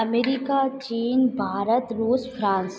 America चीन भारत रूस France